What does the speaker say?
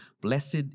blessed